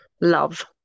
love